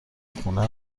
خونه